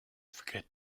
forget